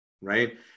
right